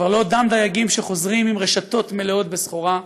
כבר לא אותם דייגים שחוזרים עם רשתות מלאות בסחורה,